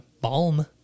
balm